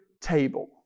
table